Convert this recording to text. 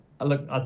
Look